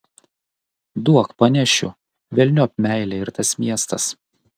duok panešiu velniop meilė ir tas miestas